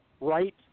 right